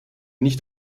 nicht